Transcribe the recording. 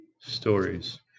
stories